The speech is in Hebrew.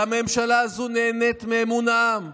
והממשלה הזו נהנית מאמון העם,